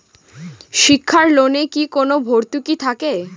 শিক্ষার লোনে কি কোনো ভরতুকি থাকে?